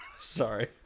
Sorry